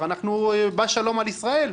בא שלום על ישראל,